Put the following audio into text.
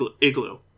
igloo